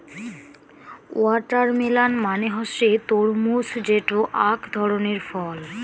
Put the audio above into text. watermelon মানে হসে তরমুজ যেটো আক ধরণের ফল